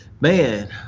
man